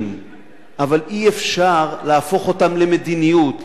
אבל אי-אפשר להפוך אותם למדיניות,